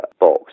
box